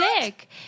sick